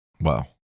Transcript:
Wow